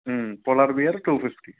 polar bear two fifty